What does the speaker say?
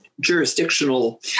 jurisdictional